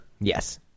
Yes